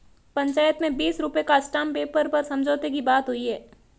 पंचायत में बीस रुपए का स्टांप पेपर पर समझौते की बात हुई है